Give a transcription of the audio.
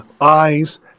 eyes